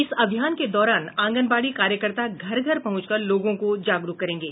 इस अभियान के दौरान आंगनबाड़ी कार्यकर्ता घर घर पहुंचकर लोगों को जागरूक करेंगे